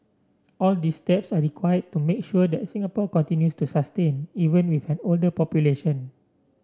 all these steps are required to make sure that Singapore continues to sustain even with an older population